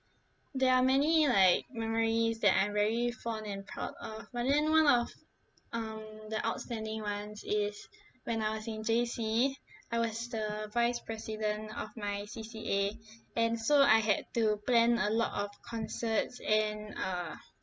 there are many like memories that I'm very fond and proud of but then one of um the outstanding ones is when I was in J_C I was the vice president of my C_C_A and so I had to plan a lot of concerts and uh